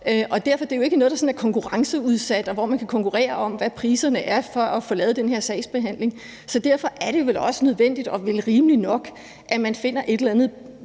jo derfor ikke er noget, der sådan er konkurrenceudsat, og hvor man kan konkurrere om, hvad priserne for at få lavet den her sagsbehandling er. Så derfor er det vel også nødvendigt og rimeligt nok, at man finder et eller andet